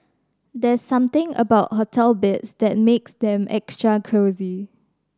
there's something about hotel beds that makes them extra cosy